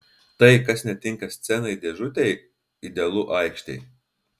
tai kas netinka scenai dėžutei idealu aikštei